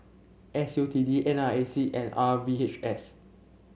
S U T D N R A C and R V H S